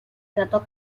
trató